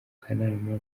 kanama